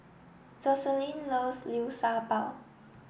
Joselin loves Liu Sha Bao